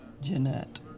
Jeanette